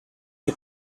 you